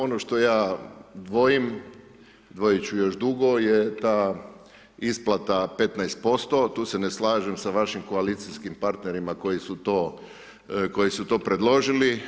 Ono što ja dvojim, dvojit ću još dugo je ta isplata 15%, tu se ne slažem sa vašim koalicijskim partnerima koji su to predložili.